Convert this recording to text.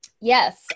Yes